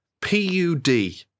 P-U-D